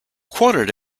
quoted